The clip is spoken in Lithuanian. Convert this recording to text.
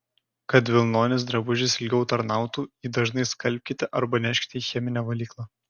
kad vilnonis drabužis ilgiau tarnautų jį dažnai skalbkite arba neškite į cheminę valyklą